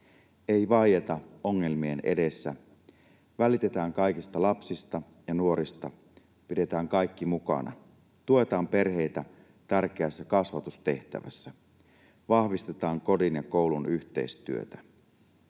Ei vaieta ongelmien edessä. Välitetään kaikista lapsista ja nuorista. Pidetään kaikki mukana. Tuetaan perheitä tärkeässä kasvatustehtävässä. Vahvistetaan kodin ja koulun yhteistyötä.